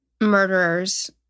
murderers